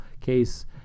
case